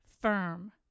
firm